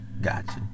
Gotcha